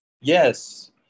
Yes